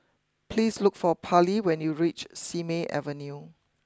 please look for Parley when you reach Simei Avenue